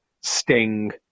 Sting